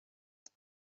what